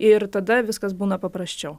ir tada viskas būna paprasčiau